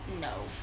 No